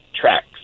tracks